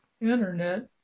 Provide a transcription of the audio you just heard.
internet